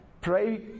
pray